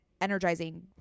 energizing